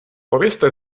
povězte